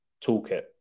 toolkit